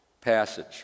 Passage